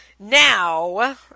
Now